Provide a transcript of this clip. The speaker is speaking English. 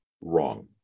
wrong